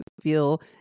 feel